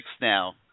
now